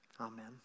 Amen